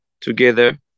together